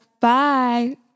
bye